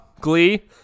Glee